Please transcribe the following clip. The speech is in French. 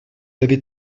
avez